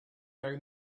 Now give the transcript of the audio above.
down